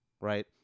right